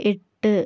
എട്ട്